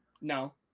No